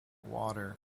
water